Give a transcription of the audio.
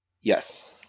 Yes